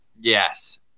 Yes